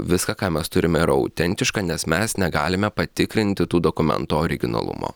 viską ką mes turime yra autentiška nes mes negalime patikrinti tų dokumentų originalumo